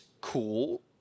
cool